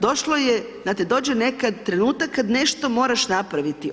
Došlo je, znate dođe nekad trenutak kada nešto moraš napraviti.